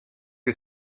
que